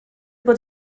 bod